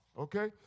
okay